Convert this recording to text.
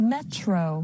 Metro